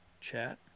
chat